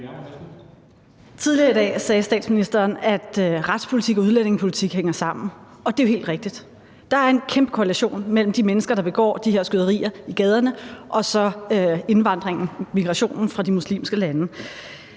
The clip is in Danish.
Tidligere i dag sagde statsministeren, at retspolitik og udlændingepolitik hænger sammen, og det er jo helt rigtigt. Der er en kæmpe korrelation mellem de mennesker, der står bag de her skyderier i gaderne, og så indvandringen, migrationen, fra de muslimske lande.